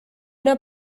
una